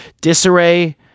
disarray